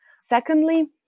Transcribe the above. Secondly